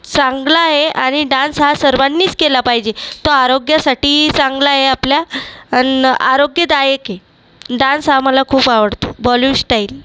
चांगला आहे आणि डान्स हा सर्वांनीच केला पाहिजे तो आरोग्यासाठीही चांगला आहे आपल्या आणि आरोग्यदायक आहे डान्स हा मला खूप आवडतो बॉलिवूड ष्टाईल